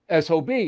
SOB